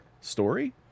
story